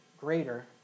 greater